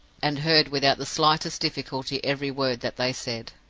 and heard without the slightest difficulty every word that they said.